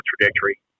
trajectory